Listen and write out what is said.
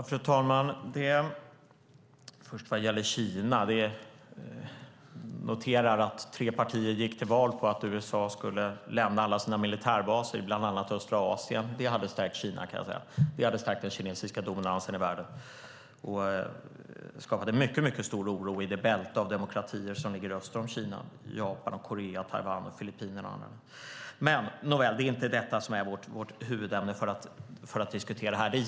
Fru talman! Vad gäller Kina noterar jag att tre partier gick till val på att USA skulle lämna alla sina militärbaser i bland annat östra Asien. Det hade stärkt Kina, kan jag säga. Det hade stärkt den kinesiska dominansen i världen och skapat en mycket stor oro i det bälte av demokratier som ligger öster om Kina - Japan, Korea, Taiwan, Filippinerna och andra. Nåväl, det är inte detta som är vårt huvudämne att diskutera här.